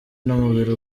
n’umubiri